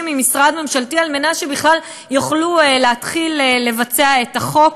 ממשרד ממשלתי כדי שבכלל יוכלו להתחיל לבצע את החוק.